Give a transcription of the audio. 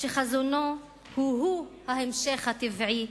שחזונו הוא הוא ההמשך הטבעי